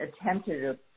attempted